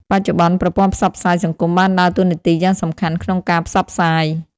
បច្ចុប្បន្ន ប្រព័ន្ធផ្សព្វផ្សាយសង្គមបានដើរតួនាទីយ៉ាងសំខាន់ក្នុងការផ្សព្វផ្សាយ។